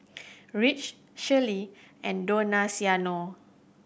Rich Sheryll and Donaciano